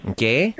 Okay